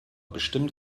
bestimmt